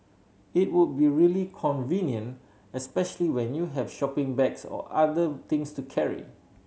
it would be really convenient especially when you have shopping bags or other things to carry